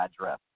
address